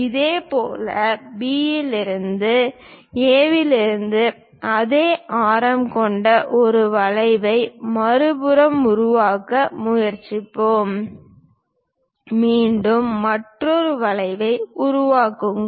இதேபோல் B இலிருந்து A இலிருந்து அதே ஆரம் கொண்ட ஒரு வளைவை மறுபுறம் உருவாக்க முயற்சிப்பேன் மீண்டும் மற்றொரு வளைவை உருவாக்குங்கள்